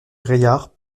braillard